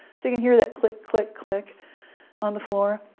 so you can hear that click, click, click on the floor.